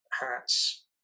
hats